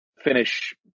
finish